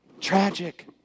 Tragic